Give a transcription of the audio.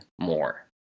more